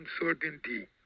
uncertainty